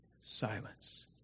Silence